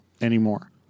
anymore